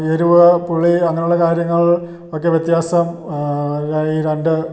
എരുവ് പുളി അങ്ങനെയുള്ള കാര്യങ്ങൾ ഒക്കെ വ്യത്യാസം ഈ രണ്ട്